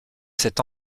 cet